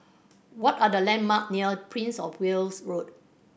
what are the landmark near Prince Of Wales Road